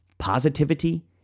positivity